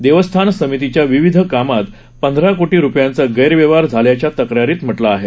देवस्थान समितीच्या विविध कामात पंधरा कोटी रुपयांचा गणव्यवहार झाल्याचे तक्रारीत म्हटलं आहे